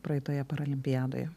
praeitoje paralimpiadoje